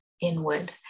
inward